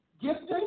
gifting